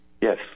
Yes